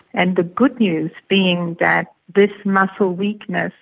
and the good news being that this muscle weakness,